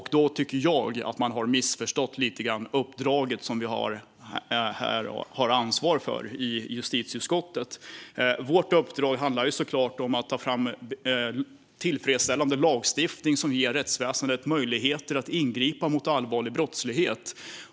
Då tycker jag att man lite grann har missförstått det uppdrag vi i justitieutskottet har. Vårt uppdrag handlar självklart om att ta fram tillfredsställande lagstiftning som ger rättsväsendet möjligheter att ingripa mot allvarlig brottslighet.